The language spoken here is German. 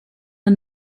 der